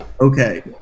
Okay